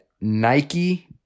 Nike